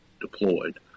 deployed